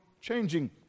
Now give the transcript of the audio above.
changing